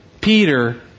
Peter